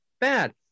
bad